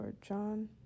John